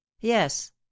Yes